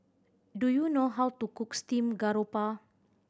do you know how to cook steamed garoupa